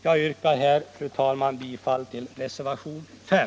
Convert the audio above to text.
Jag yrkar härmed, fru talman, bifall till reservationen 5.